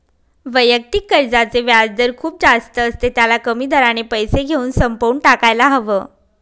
वैयक्तिक कर्जाचे व्याजदर खूप जास्त असते, त्याला कमी दराने पैसे घेऊन संपवून टाकायला हव